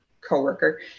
coworker